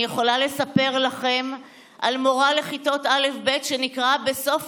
אני יכולה לספר לכם על מורה לכיתות א'-ב' שנקראה בסוף